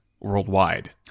Worldwide